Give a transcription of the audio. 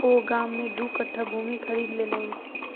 ओ गाम में दू कट्ठा भूमि खरीद लेलैन